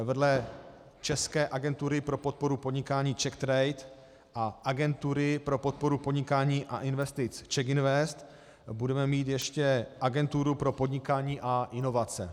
Vedle české agentury pro podporu podnikání CzechTrade a agentury pro podporu podnikání a investice CzechInvest budeme mít ještě Agenturu pro podnikání a inovace.